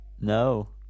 no